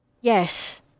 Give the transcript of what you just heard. Yes